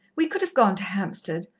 we could have gone to hampstead.